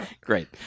great